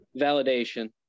validation